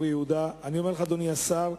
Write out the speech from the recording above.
אור-יהודה, אומר לך, אדוני השר,